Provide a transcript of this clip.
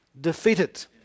defeated